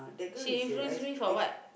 she influence me for what